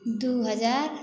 दू हजार